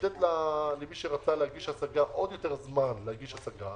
לתת למי שרצה להגיש הסגה עוד יותר זמן להגיש הסגה,